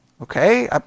Okay